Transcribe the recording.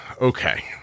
Okay